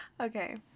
Okay